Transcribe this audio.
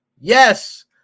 yes